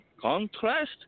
contrast